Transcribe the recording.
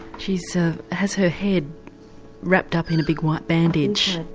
she so has her head wrapped up in a big white bandage.